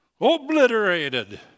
obliterated